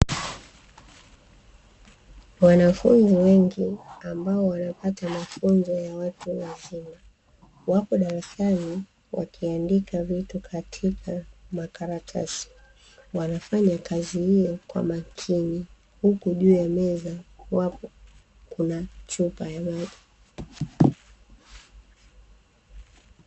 Wanafunzi wengi ambao wanapata mafunzo ya watu wazima, wako darasani wakiandika vitu katika makaratasi, wanafanya kazi hiyo kwa makini, huku juu ya meza wapo kuna chupa ya maji.